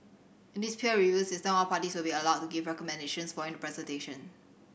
in this peer review system all parties will be allowed to give recommendations following the presentation